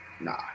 Nah